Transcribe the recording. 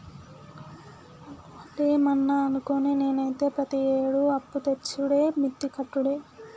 ఒవడేమన్నా అనుకోని, నేనైతే ప్రతియేడూ అప్పుతెచ్చుడే మిత్తి కట్టుడే